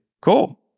Cool